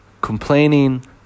complaining